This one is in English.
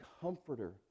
comforter